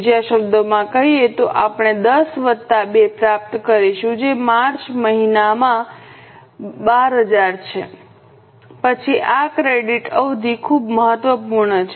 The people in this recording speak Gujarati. બીજા શબ્દોમાં કહીએ તો આપણે 10 વત્તા 2 પ્રાપ્ત કરીશું જે માર્ચ મહિનામાં 12000 છે પછી આ ક્રેડિટ અવધિ ખૂબ મહત્વપૂર્ણ છે